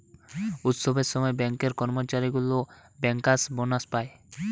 উৎসবের সময় ব্যাঙ্কের কর্মচারী গুলা বেঙ্কার্স বোনাস পায়